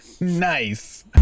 Nice